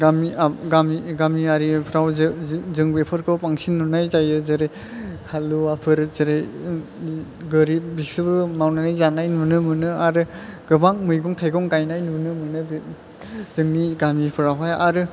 गामि गामि गामिआरिफ्राव जों जों बेफोरखौ बांसिन नुनाय जायो जेरै हालुवाफोर जेरै गोरिब बिसोरबो मावनानै जानाय नुनो मोनो गोबां मैगं थाइगं गायनाय नुनो मोनो बे जोंनि गामिफ्रावहाय आरो